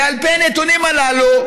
ועל פי הנתונים הללו,